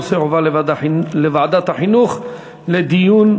הנושא יועבר לוועדת החינוך לדיון.